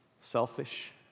selfish